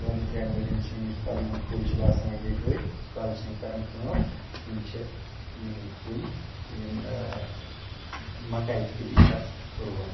دۄن ترٚین ؤرین چھِ یِم یوٗت کال یِم کُلۍ چھِ باسان وۄنۍ گٔیے بٔڑۍ تیوٗت کال چھِ یِم کران کٲم مطلب یِم چھِ یِمٕے کُلۍ یِم مکایہِ کُلی تَتھ رُوان